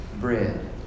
bread